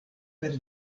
per